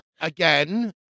Again